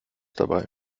dabei